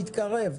מתקרב.